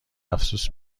افسوس